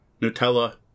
Nutella